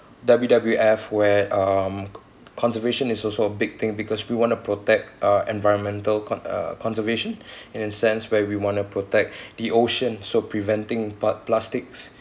W_W_F where um conservation is also a big thing because we want to protect uh environmental con~ uh conservation and in sense where we want to protect the ocean so preventing part plastics